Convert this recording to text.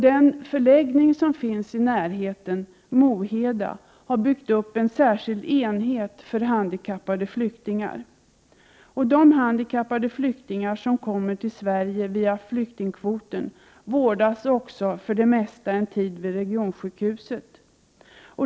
Den förläggning som finns i närheten, Moheda, har byggt upp en särskild enhet för handikappade flyktingar. De handikappade flyktingar som kommer till Sverige via flyktingkvoten vårdas också för det mesta en tid vid regionsjukhuset.